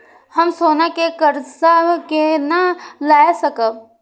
हम सोना से कर्जा केना लाय सकब?